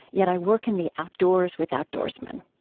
yet i work in the outdoors, with outdoorsmen.